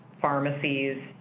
pharmacies